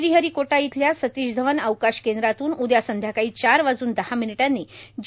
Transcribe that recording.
श्रीहरिकोटा इथल्या सतीश धवन अवकाश केंद्रातून उद्या संध्याकाळी चार वाजून दहा मिनिटांनी जी